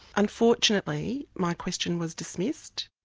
unfortunately, my question was dismissed.